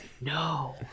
No